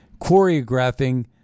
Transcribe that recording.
choreographing